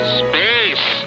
space